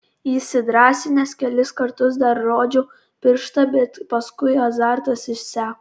įsidrąsinęs kelis kartus dar rodžiau pirštą bet paskui azartas išseko